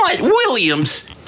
Williams